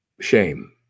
Shame